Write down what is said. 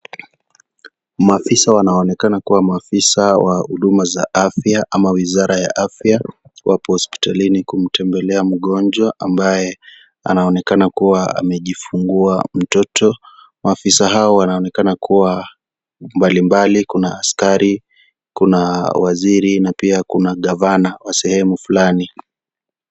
Maafisa wanaonekana kuwa maafisa wa huduma za afya ama wizara ya afya wapo hospitalini kumtembelea mgonjwa ambaye anaonekana kuwa amejifungua mtoto, maafisa hao wanaonekana kuwa mbalimbali kuna askari, kuna waziri na pia kuna Gavana wa sehemu fulani.